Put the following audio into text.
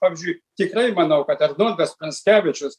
pavyzdžiui tikrai manau kad arnoldas pranckevičius